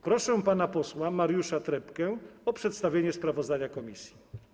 Proszę pana posła Mariusza Trepkę o przedstawienie sprawozdania komisji.